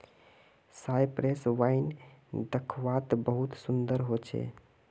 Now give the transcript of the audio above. Cyprus wine दाख्वात बहुत सुन्दर होचे